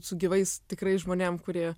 su gyvais tikrais žmonėm kurie